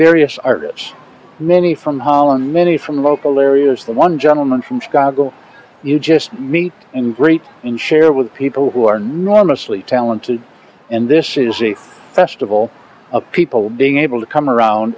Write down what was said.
various artists many from holland many from local areas the one gentleman from chicago you just meet and greet and share with people who are normally talented and this is a festival of people being able to come around